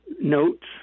notes